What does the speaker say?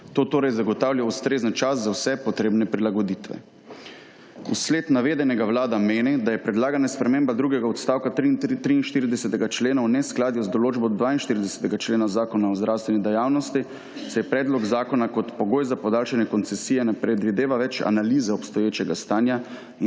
To torej zagotavlja ustrezen čas za vse potrebne prilagoditve. V sled navedenega vlada meni, da je predlagana sprememba drugega odstavka 43. člena v neskladju z določbo 42. člena zakona o zdravstveni dejavnosti, saj predlog zakona kot pogoj za podaljšanje koncesije ne predvideva več analize obstoječega stanja